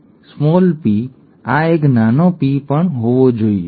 આ એક નાનો p નાનો p પણ હોવો જોઈએ જે આપણે દરેક વસ્તુ માટે ભરી શકીએ છીએ